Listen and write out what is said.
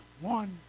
one